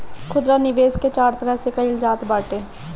खुदरा निवेश के चार तरह से कईल जात बाटे